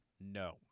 No